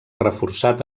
reforçat